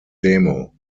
demo